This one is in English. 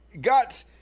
got